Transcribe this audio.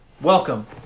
welcome